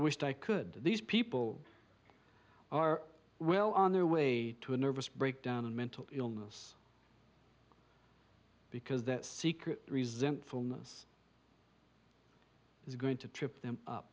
wished i could these people are well on their way to a nervous breakdown and mental illness because that secret resentfulness is going to trip them up